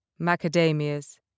macadamias